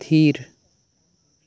ᱛᱷᱤᱨ